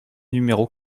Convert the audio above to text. numéro